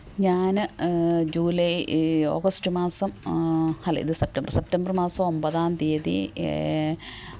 ഞാൻ July August മാസം അല്ല ഇത് സെപ്റ്റംബര് സെപ്റ്റംബര് മാസം ഒമ്പതാം തീയതി